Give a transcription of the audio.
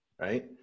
right